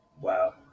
Wow